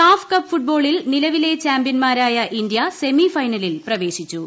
SAFF cup ഫുട്ബോളിൽ നിലവിലെ ചാമ്പ്യൻമാരായ ഇന്ത്യ സെമി ഫൈനലിൽ പ്രവേശിച്ചു